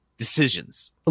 decisions